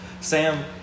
Sam